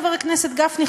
חבר הכנסת גפני,